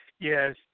Yes